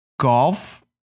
golf